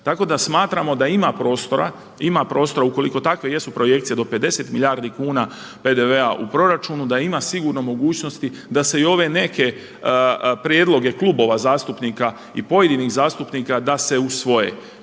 Tako da smatramo da ima prostora ukoliko takve jesu projekcije do 50 milijardi kuna PDV-a u proračunu da ima sigurno mogućnosti da se i ove neke prijedloge klubova zastupnika i pojedinih zastupnika da se usvoje